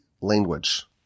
language